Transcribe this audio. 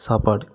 சாப்பாடு